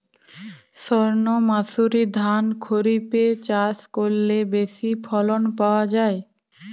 সর্ণমাসুরি ধান খরিপে চাষ করলে বেশি ফলন পাওয়া যায়?